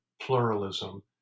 pluralism